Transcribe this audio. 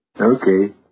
Okay